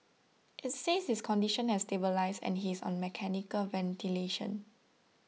it says his condition has stabilised and he is on mechanical ventilation